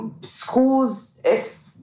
schools